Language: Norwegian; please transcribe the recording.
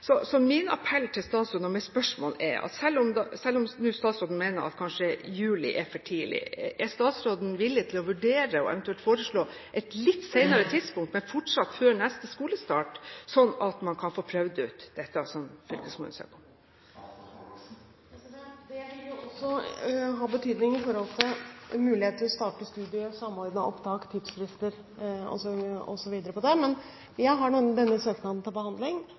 Så min appell og mitt spørsmål til statsråden er, selv om hun mener at juli kanskje er for tidlig: Er statsråden villig til å vurdere og eventuelt foreslå et litt senere tidspunkt, men fortsatt før neste skolestart, sånn at man kan få prøvd ut dette som fylkeskommunen søker om? Det vil også ha betydning med hensyn til muligheten til å starte studiet, Samordna opptak, tidsfrister osv. Jeg har denne søknaden til behandling, og jeg regner med at den er ferdigbehandlet i april. Jeg har